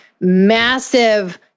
massive